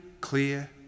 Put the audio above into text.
clear